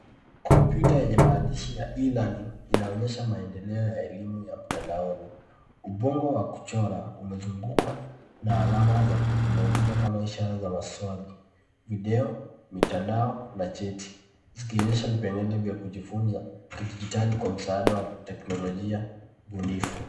Kompyuta yenye maandishi ya e-learning inaonyesha maendeleo ya elimu ya mtandaoni. Ubongo wa kuchora umezungukwa na alama za kiteknolojia kama ishara za maswali, video, mitandao na cheti zikionyesha vipengele vya kujifunza kidijitali kwa msaada wa teknolojia bunifu.